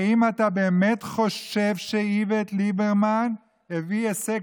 האם אתה באמת חושב שאיווט ליברמן הביא הישג